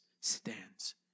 stands